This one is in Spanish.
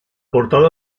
portada